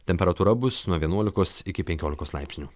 temperatūra bus nuo vienuolikos iki penkiolikos laipsnių